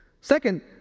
Second